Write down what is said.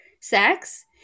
sex